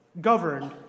governed